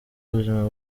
ubuzima